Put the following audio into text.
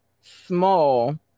small